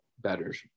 betters